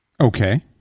Okay